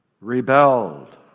rebelled